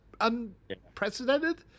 unprecedented